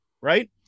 right